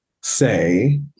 say